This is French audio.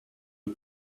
eux